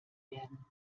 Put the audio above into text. werden